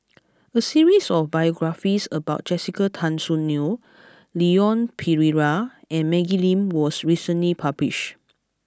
a series of biographies about Jessica Tan Soon Neo Leon Perera and Maggie Lim was recently published